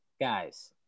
guys